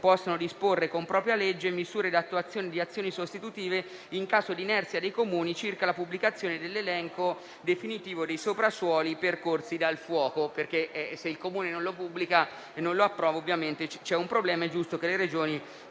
possano disporre, con propria legge, misure di attuazione di azioni sostitutive in caso di inerzia dei Comuni circa la pubblicazione dell'elenco definitivo dei soprassuoli percorsi dal fuoco; se il Comune non lo pubblica e non lo approva, ovviamente c'è un problema ed è giusto che le Regioni